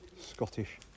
Scottish